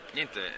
Niente